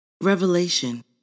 Revelation